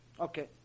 Okay